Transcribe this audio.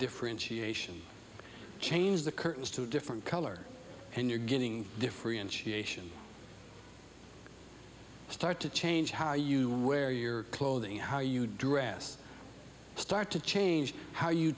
differentiation change the curtains to a different color and you're getting differentiation start to change how you wear your clothing how you dress start to change how you